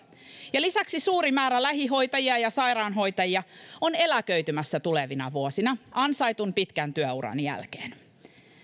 ja lisäksi suuri määrä lähihoitajia ja sairaanhoitajia on eläköitymässä tulevina vuosina ansaitusti pitkän työuran jälkeen